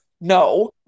no